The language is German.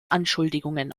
anschuldigungen